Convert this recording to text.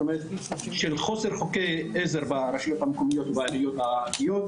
של חוסר חוקי עזר ברשויות המקומיות והעיריות הערביות,